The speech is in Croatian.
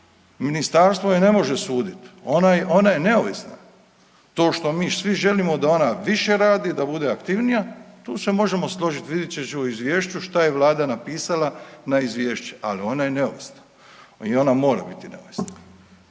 Ministarstvo je ne može suditi, ona je neovisna. To što mi svi želimo da ona više radi, da bude aktivnija, tu se možemo složiti, vidjet ću u izvješću što je Vlada napisala na izvješće. Ali ona je neovisna i ona mora biti neovisna.